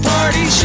Party